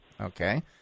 okay